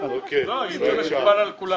זה לא מקובל על כולם.